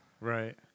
Right